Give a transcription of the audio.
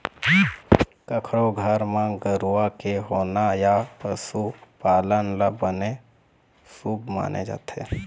कखरो घर म गरूवा के होना या पशु पालन ल बने शुभ माने जाथे